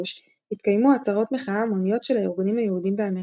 התקיימו עצרות מחאה המוניות של הארגונים היהודים באמריקה.